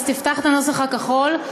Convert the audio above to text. אז תפתח את הנוסח הכחול: